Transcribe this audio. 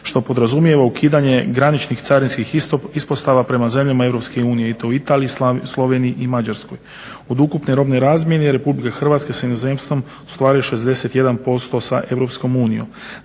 što podrazumijeva ukidanje graničnih carinskih ispostava prema zemljama prema zemljama EU i to u Italiji, Sloveniji i Mađarskoj. Od ukupne robne razmjene RH s inozemstvom ostvaruje 61% sa EU.